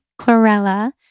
chlorella